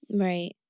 Right